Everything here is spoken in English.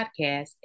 podcast